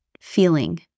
feeling